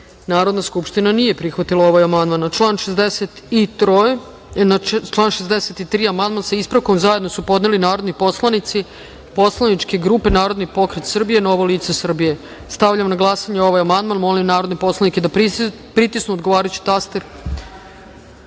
Narodna skupština nije prihvatila ovaj amandman. Na član 3. amandman su zajedno podneli narodni poslanici poslaničke grupe Narodni pokret Srbije - Novo lice Srbije. Stavljam na glasanje ovaj amandman. Molim narodne poslanike da se izjasne. Zaključujem